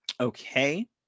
Okay